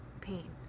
pain